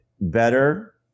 better